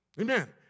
Amen